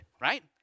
right